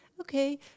Okay